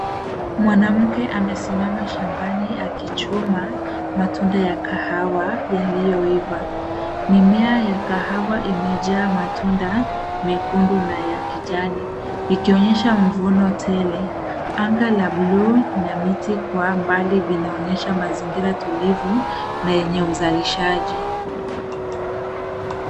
Mwanamke amesimama shambani akichuma matunda ya kahawa yaliyoiva. Mimea ya kahawa imejaa matunda mekundu na ya kijani ikionyesha mavuno tele. Anga la blue na miti kwa mbali vinaonyesha mazingira tulivu na yenye uzalishaji.